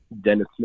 Dennis